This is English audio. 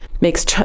makes